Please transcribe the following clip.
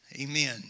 Amen